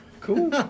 Cool